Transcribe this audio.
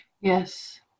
Yes